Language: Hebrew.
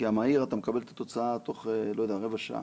כי במהיר אתה מקבל את התוצאה בתוך רבע שעה.